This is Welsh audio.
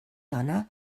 yna